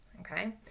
okay